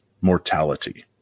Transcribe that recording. mortality